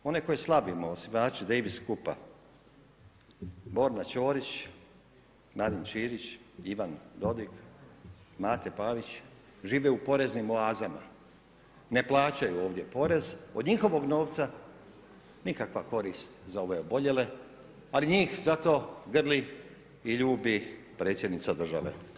Oni koje slavimo, osvajači Davis Cup-a, Borna Ćorić, Marin Čilić, Ivan Dodig, Mate Pavić, žive u poreznim oazama, ne plaćaju ovdje porez, od njihovog novca nikakvu korist za ove oboljele, ali njih za to grli i ljudi predsjednica države.